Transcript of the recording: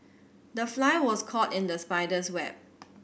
the fly was caught in the spider's web